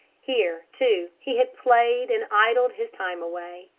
here, too, he had played and idled his time away.